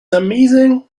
amazing